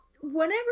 whenever